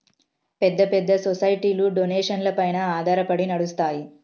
పెద్ద పెద్ద సొసైటీలు డొనేషన్లపైన ఆధారపడి నడుస్తాయి